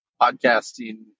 podcasting